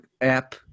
app